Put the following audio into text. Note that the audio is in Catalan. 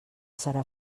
serà